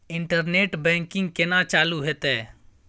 Internet banking केना चालू हेते?